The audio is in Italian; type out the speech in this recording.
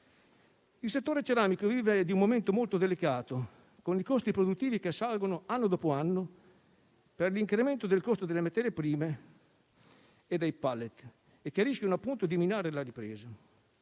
Il settore ceramico vive un momento molto delicato, con i costi produttivi che salgono anno dopo anno per l'incremento del costo delle materie prime e dei pallet, che rischiano di minare la ripresa.